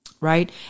right